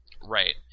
Right